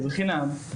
זה חינם,